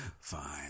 Fine